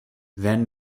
then